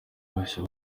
bashya